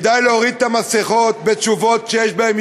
כדאי להוריד את המסכות בתשובות שיש בהן